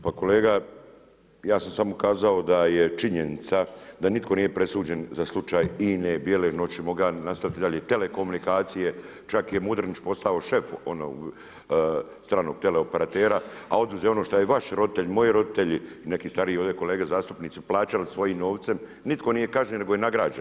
Pa kolega ja sam samo kazao da je činjenica da nitko nije presuđen za slučaj INE, … nastaviti dalje, telekomunikacije, čak je Mudrinić postao šef onog stranog teleoperatera, a oduzeo ono što je vaš roditelj, moji roditelji i neki stariji ovde kolege zastupnici plaćali svojim novcem, nitko nije kažnjen, nego je nagrađen.